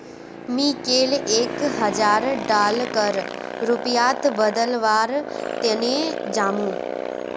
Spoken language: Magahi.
मी कैल एक हजार डॉलरक रुपयात बदलवार तने जामु